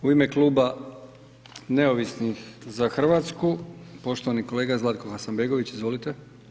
U ime Kluba neovisnih za Hrvatsku, poštovani kolega Zlatko Hasanbegović, izvolite.